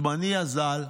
זמני אזל.